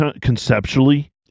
conceptually